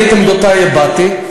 אני את עמדותי הבעתי,